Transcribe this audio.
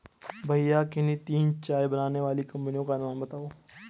भैया किन्ही तीन चाय बनाने वाली कंपनियों के नाम बताओ?